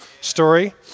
story